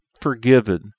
forgiven